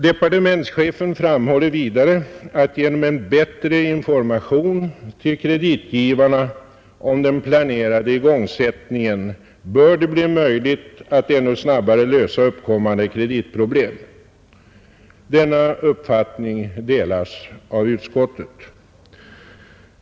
Departementschefen framhåller vidare att genom en bättre information till kreditgivarna om den planerade igångsättningen bör det bli möjligt att ännu snabbare lösa uppkommande kreditproblem. Denna uppfattning delas av utskottet.